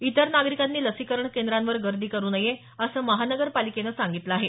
इतर नागरिकांनी लसीकरण केंद्रांवर गर्दी करू नये असं महापालिकेनं सांगितलं आहे